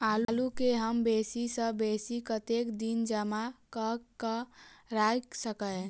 आलु केँ हम बेसी सऽ बेसी कतेक दिन जमा कऽ क राइख सकय